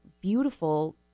beautiful